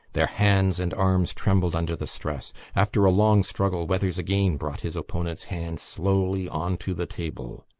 their hands and arms trembled under the stress. after a long struggle weathers again brought his opponent's hand slowly on to the table.